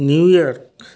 new York